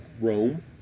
Rome